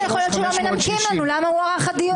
ואיך יכול להיות שלא מנמקים לנו למה הוארך הדיון?